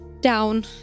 down